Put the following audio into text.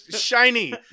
Shiny